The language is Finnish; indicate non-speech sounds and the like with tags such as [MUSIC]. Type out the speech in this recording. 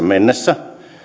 [UNINTELLIGIBLE] mennessä